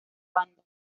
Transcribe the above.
banda